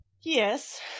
yes